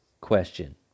question